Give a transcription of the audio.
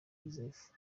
joseph